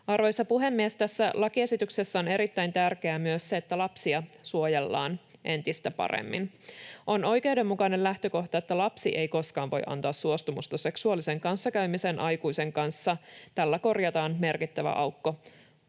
Arvoisa puhemies! Tässä lakiesityksessä on erittäin tärkeää myös se, että lapsia suojellaan entistä paremmin. On oikeudenmukainen lähtökohta, että lapsi ei koskaan voi antaa suostumusta seksuaaliseen kanssakäymiseen aikuisen kanssa. Tällä korjataan merkittävä aukko